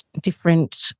different